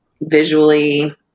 Visually